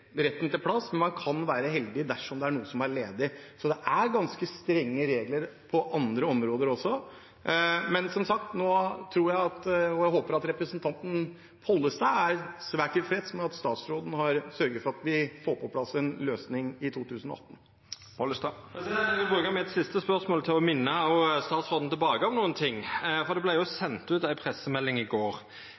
retten til plass, men man kan være heldig dersom det er ledig plass. Så det er ganske strenge regler på andre områder også. Men, som sagt, nå håper jeg at representanten Pollestad er svært tilfreds med at statsråden har sørget for at vi får på plass en løsning i 2018. Eg vil bruka mitt siste spørsmål til å minna tilbake – minna statsråden om nokre ting. Det vart sendt ut ei pressemelding i går.